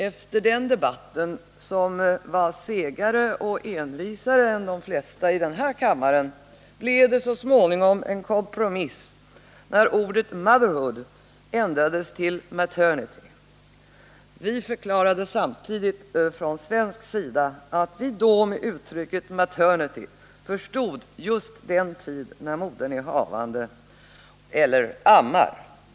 Efter den debatten, som var segare och envisare än de flesta debatter här i kammaren, blev det så småningom en kompromiss, där ordet ”motherhood” ändrades till ”maternity”. Vi förklarade samtidigt från svensk sida att vi med uttrycket ”maternity” förstod just den tid när modern är havande eller ammar.